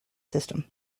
system